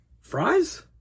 Fries